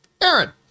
Aaron